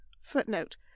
Footnote